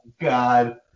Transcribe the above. God